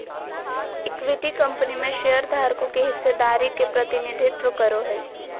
equity company में शेयरधारकों के हिस्सेदारी के प्रतिनिधित्व करो हइ